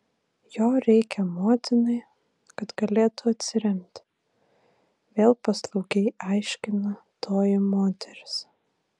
jo reikia motinai kad galėtų atsiremti vėl paslaugiai aiškina toji moteris